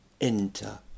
Enter